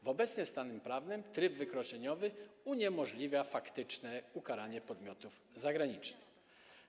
W obecnym stanie prawnym tryb wykroczeniowy uniemożliwia faktyczne ukaranie podmiotów zagranicznych.